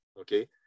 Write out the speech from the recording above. okay